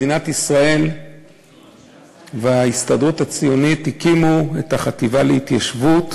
מדינת ישראל וההסתדרות הציונית הקימו את החטיבה להתיישבות,